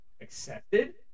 accepted